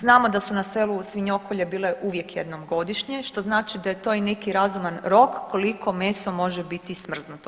Znamo da su na selu svinjokolje bile uvijek jednom godišnje što znači da je to i neki razuman rok koliko meso može biti smrznuto.